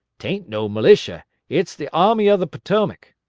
taint no militia. it's the army of the potomac.